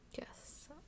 Yes